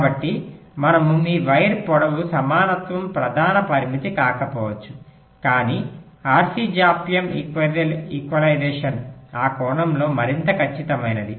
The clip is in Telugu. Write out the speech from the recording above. కాబట్టి మనము మీ వైర్ పొడవు సమానత్వం ప్రధాన పరామితి కాకపోవచ్చు కాని RC జాప్యం ఈక్వలైజేషన్ ఆ కోణంలో మరింత ఖచ్చితమైనది